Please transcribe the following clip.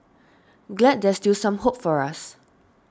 glad there's still some hope for us